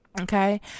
okay